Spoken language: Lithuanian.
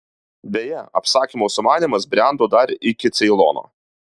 beje apsakymo sumanymas brendo dar iki ceilono